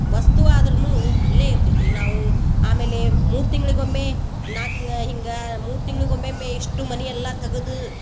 ವಸ್ತು ಆದರೂನು ಅಲ್ಲೆ ಇರ್ತೈತ್ರಿ ನಾವು ಆಮೇಲೆ ಮೂರು ತಿಂಗ್ಳಿಗೊಮ್ಮೆ ನಾಲ್ಕು ಹಿಂಗೆ ಮೂರು ತಿಂಗ್ಳಿಗೊಮ್ಮೆಮ್ಮೆ ಇಷ್ಟು ಮನಿಯೆಲ್ಲ ತಗದು